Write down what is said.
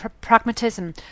pragmatism